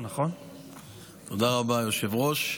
תודה רבה, היושב-ראש.